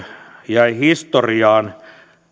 jäi historiaan